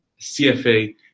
CFA